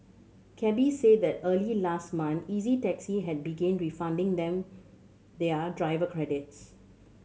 cabbies said that early last month Easy Taxi had begin refunding them their driver credits